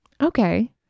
Okay